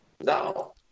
No